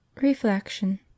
reflection